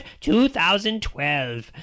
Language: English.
2012